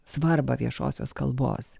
svarbą viešosios kalbos